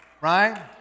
Right